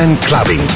clubbing